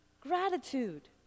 Gratitude